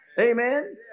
Amen